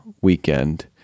weekend